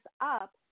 up